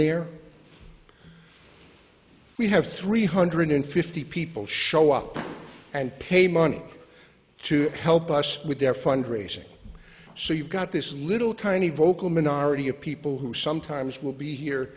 there we have three hundred fifty people show up and pay money to help us with their fundraising so you've got this little tiny vocal minority of people who sometimes will be here